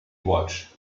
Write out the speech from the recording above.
watch